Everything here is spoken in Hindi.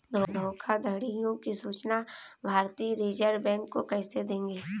धोखाधड़ियों की सूचना भारतीय रिजर्व बैंक को कैसे देंगे?